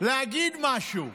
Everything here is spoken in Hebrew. להגיד משהו,